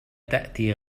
تأتي